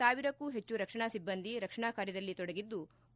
ಸಾವಿರಕ್ಕೂ ಹೆಚ್ಚು ರಕ್ಷಣಾ ಸಿಬ್ಲಂದಿ ರಕ್ಷಣಾ ಕಾರ್ಯದಲ್ಲಿ ತೊಡಗಿದ್ಲು